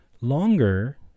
longer